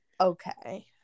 Okay